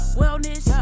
wellness